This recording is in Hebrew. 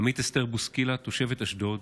עמית אסתר בוסקילה, תושבת אשדוד,